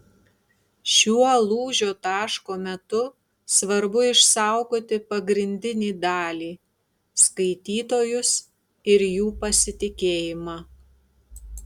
šiuo lūžio taško metu svarbu išsaugoti pagrindinį dalį skaitytojus ir jų pasitikėjimą